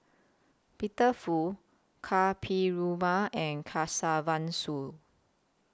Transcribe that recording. Peter Fu Ka Perumal and Kesavan Soon